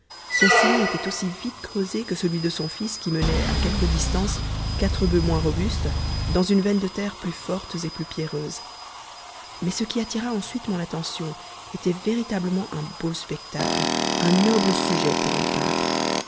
son sillon était aussi vite creusé que celui de son fils qui menait à quelque distance quatre bufs moins robustes dans une veine de terres plus fortes et plus pierreuses mais ce qui attira ensuite mon attention était véritablement un beau spectacle un noble sujet pour un peintre